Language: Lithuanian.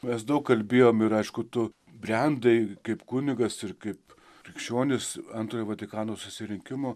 mes daug kalbėjom ir aišku tu brendai kaip kunigas ir kaip krikščionis antrojo vatikano susirinkimo